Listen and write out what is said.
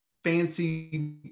fancy